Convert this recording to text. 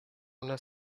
una